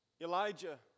Elijah